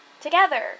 Together